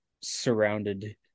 surrounded